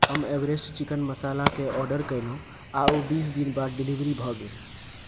हम Everest chicken masala केँ order कयलहुँ आ ओ बीस दिन बाद डिलीवरी भऽ गेल